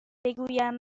بگویم